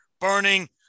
burning